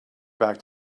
back